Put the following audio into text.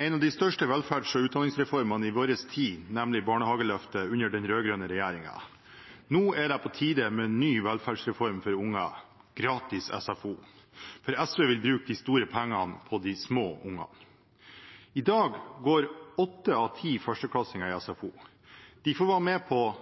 en av de største velferds- og utdanningsreformene i vår tid, nemlig barnehageløftet, under den rød-grønne regjeringen. Nå er det på tide med en ny velferdsreform for unger: gratis SFO. For SV vil bruke de store pengene på de små ungene. I dag går åtte av ti førsteklassinger i SFO. De får være med på